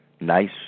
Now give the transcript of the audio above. Nice